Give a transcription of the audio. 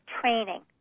training